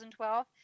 2012